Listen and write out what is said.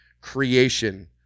creation